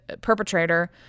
perpetrator